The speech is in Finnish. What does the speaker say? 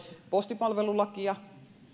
postipalvelulakia